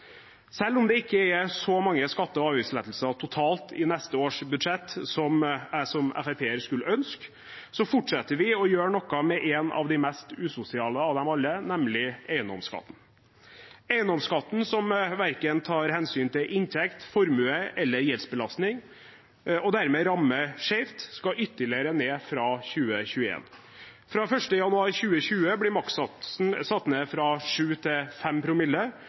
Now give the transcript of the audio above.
Selv om det ikke er så mange skatte- og avgiftslettelser totalt i neste års budsjett som jeg som FrP-er skulle ønske, fortsetter vi å gjøre noe med en av de mest usosiale av dem alle, nemlig eiendomsskatten. Eiendomsskatten, som verken tar hensyn til inntekt, formue eller gjeldsbelastning, og dermed rammer skjevt, skal ytterligere ned fra 2021. Fra 1. januar 2020 blir makssatsen satt ned fra 7 til